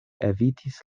evitis